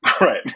Right